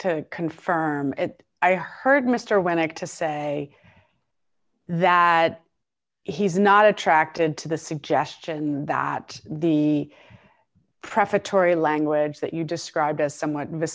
confirm it i heard mr winnick to say that he's not attracted to the suggestion that the prefatory language that you describe as somewhat of a